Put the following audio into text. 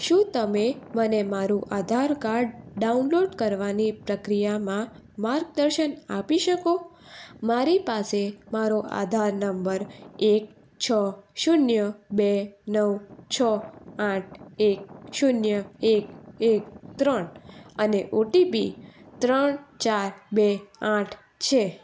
શું તમે મને મારુ આધાર કાર્ડ ડાઉનલોડ કરવાની પ્રક્રિયામાં માર્ગદર્શન આપી શકો મારી પાસે મારો આધાર નંબર એક છ શૂન્ય બે નવ છ આઠ એક શૂન્ય એક એક ત્રણ અને ઓટીપી ત્રણ ચાર બે આઠ છે